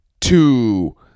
Two